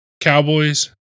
Cowboys